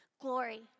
Glory